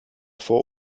vor